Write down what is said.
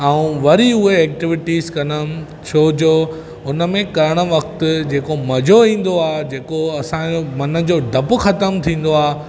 ऐं वरी उहे एक्टिविटीस कंदुमि छो जो उन में करणु वक़्तु जेको मज़ो ईंदो आहे जेको असांजो मन जो डपु ख़तमु थींदो आ्हे